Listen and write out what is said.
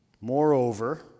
Moreover